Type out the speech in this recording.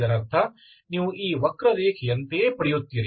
ಇದರರ್ಥ ನೀವು ಈ ವಕ್ರರೇಖೆಯಂತೆಯೇ ಪಡೆಯುತ್ತೀರಿ